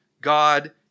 God